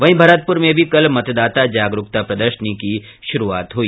वहीं भरतपुर में भी कल मतदाता जागरूकता प्रदर्शनी श्रू हुई